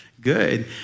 Good